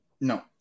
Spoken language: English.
No